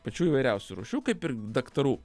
pačių įvairiausių rūšių kaip ir daktarų